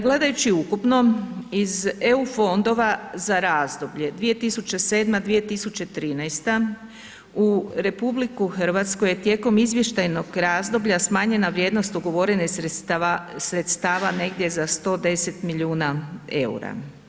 Gledajući ukupno, iz EU fondova za razdoblje 2007.-2013. u RH je tijekom izvještajnog razdoblja smanjena vrijednost ugovorenih sredstava negdje za 110 milijuna EUR-a.